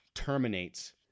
terminates